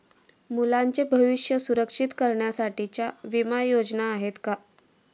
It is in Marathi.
मुलांचे भविष्य सुरक्षित करण्यासाठीच्या विमा योजना आहेत का?